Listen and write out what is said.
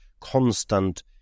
constant